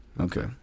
Okay